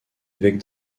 évêque